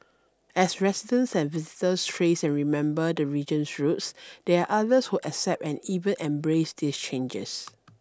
as residents and visitors trace and remember the region's roots there are others who accept and even embrace these changes